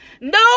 No